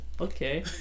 Okay